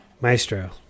maestro